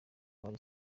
abiri